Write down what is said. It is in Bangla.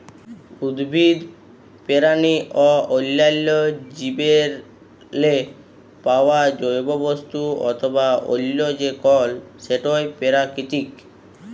উদ্ভিদ, পেরানি অ অল্যাল্য জীবেরলে পাউয়া জৈব বস্তু অথবা অল্য যে কল সেটই পেরাকিতিক